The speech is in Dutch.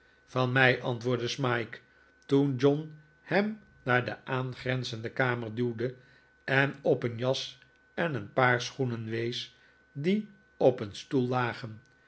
van mij antwoordde smike toen john hem naar de aangrenzende kamer duwde en op een jas en een paar schoenen wees die op een stoel lagen